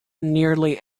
nearly